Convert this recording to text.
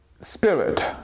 spirit